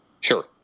Sure